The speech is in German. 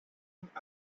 trugen